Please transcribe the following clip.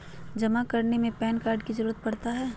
जमा करने में पैन कार्ड की जरूरत पड़ता है?